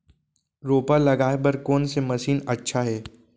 रोपा लगाय बर कोन से मशीन अच्छा हे?